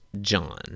John